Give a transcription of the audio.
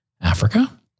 Africa